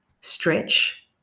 stretch